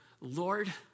Lord